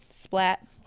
Splat